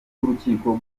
w’urukiko